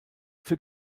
für